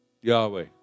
Yahweh